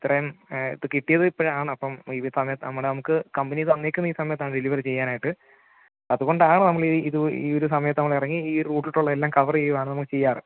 ഇത്രയും ഇത് കിട്ടിയത് ഇപ്പോഴാണ് അപ്പം ഇവർ സമയത്ത് നമ്മുടെ നമുക്ക് കമ്പനി തന്നിരിക്കുന്ന ഈ സമയത്താണ് ഡെലിവറി ചെയ്യാനായിട്ട് അതുകൊണ്ടാണ് നമ്മൾ ഈ ഇത് ഈയൊരു സമയത്ത് നമ്മൾ ഇറങ്ങി ഈ റൂട്ടിലോട്ടുള്ള എല്ലാം കവർ ചെയ്യുവാണ് നമ്മൾ ചെയ്യാറ്